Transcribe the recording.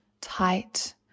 tight